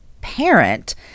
parent